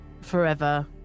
forever